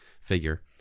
figure